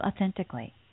authentically